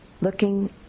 looking